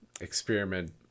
experiment